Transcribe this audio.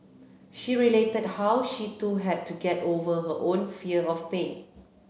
she related how she too had to get over her own fear of pain